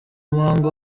muhango